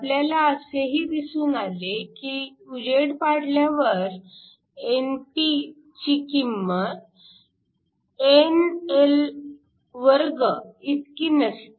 आपल्याला असेही दिसून आले की उजेड पाडल्यावर Np ची किंमत ni2 इतकी नसते